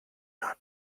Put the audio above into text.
not